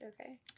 okay